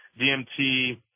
DMT